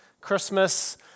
Christmas